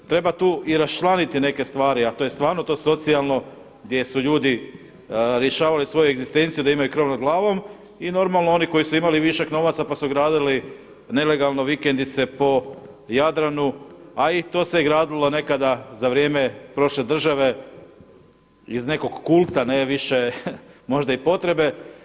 Treba tu i raščlaniti neke stvari, a to je stvarno to socijalno gdje su ljudi rješavali svoju egzistenciju da imaju krov nad glavom i normalno oni koji su imali višak novaca, pa su gradili nelegalno vikendice po Jadranu, a i to se gradilo nekada za vrijeme prošle države iz nekog kulta, ne više možda i potrebe.